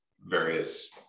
various